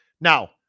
Now